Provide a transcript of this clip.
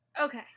Okay